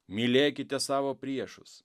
mylėkite savo priešus